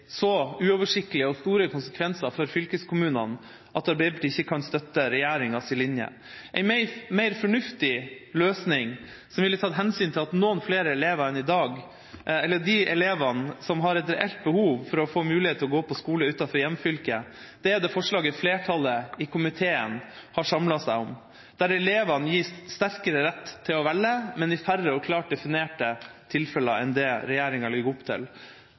så uoversiktlige og store konsekvenser for fylkeskommunene at Arbeiderpartiet ikke kan støtte regjeringas linje. En mer fornuftig løsning med at de elevene som har et reelt behov for det, får mulighet til å gå på skole utenfor hjemfylket, er det forslaget flertallet i komiteen har samlet seg om. Elevene gis sterkere rett til å velge, men i færre – og klart definerte – tilfeller enn det regjeringa legger opp til,